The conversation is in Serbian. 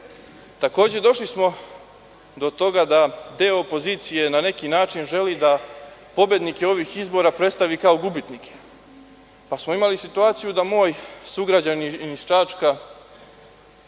pomoći. Takođe došli smo do toga da deo opozicije na neki način želi da pobednike ovih izbora predstavi kao gubitnike. Imali smo situaciju da moj sugrađanin iz Čačka,